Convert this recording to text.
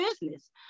business